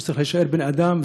צריך להישאר בן-אדם,